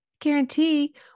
Guarantee